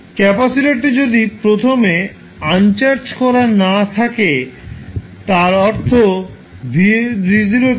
ক্যাপাসিটারটি যদি প্রথমে আনচার্জ করা না থাকে তার অর্থ V0 0